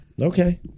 Okay